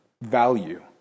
value